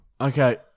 Okay